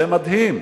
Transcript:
זה מדהים,